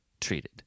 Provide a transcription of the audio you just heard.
treated